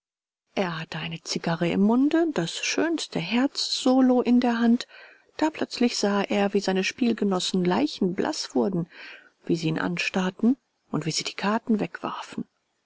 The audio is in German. er hatte eine zigarre im munde das schönste herzsolo in der hand da plötzlich sah er wie seine spielgenossen leichenblaß wurden wie sie ihn anstarrten und wie sie die karten wegwarfen